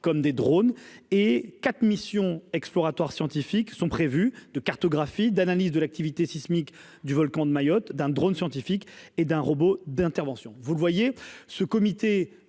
comme des drônes et quatre missions exploratoires scientifiques sont prévus de cartographie d'analyse de l'activité sismique du volcan de Mayotte d'un drone scientifique et d'un robot d'intervention, vous le voyez, ce comité